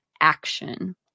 action